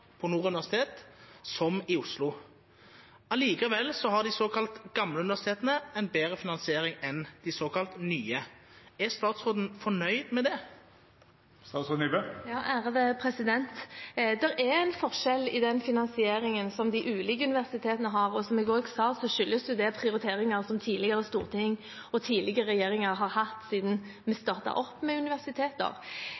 på Nord universitet som i Oslo. Likevel har de såkalt gamle universitetene en bedre finansiering enn de såkalt nye. Er statsråden fornøyd med det? Det er en forskjell i den finansieringen som de ulike universitetene har, og som jeg sa, skyldes det prioriteringer som tidligere storting og tidligere regjeringer har gjort siden vi